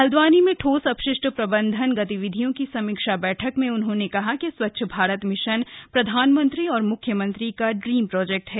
हल्द्वानी में ठोस अपशिष्ट प्रबंधन गतिविधियों की समीक्षा बैठक में उन्होंने कहा कि स्वच्छ भारत मिशन प्रधानमंत्री और मुख्यमंत्री का ड्रीम प्रोजेक्ट है